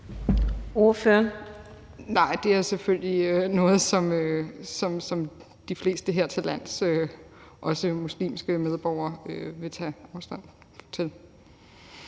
(ALT): Nej, det er selvfølgelig noget, som de fleste hertillands, også muslimske medborgere, vil tage afstand fra.